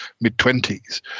mid-twenties